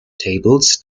tables